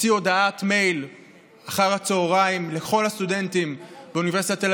הוציא הודעת מייל אחר הצוהריים לכל הסטודנטים באוניברסיטת תל